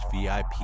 VIP